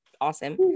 awesome